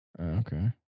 Okay